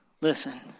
listen